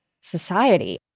society